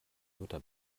jutta